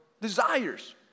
desires